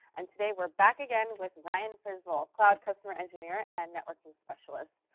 and today, we're back again with ryan przybyl, cloud customer engineer and networking specialist.